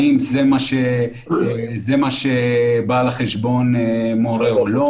האם זה מה שבעל החשבון מעורר או לא.